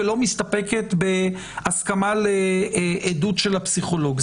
ולא מסתפקת בהסכמה לעדות של הפסיכולוג.